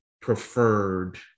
preferred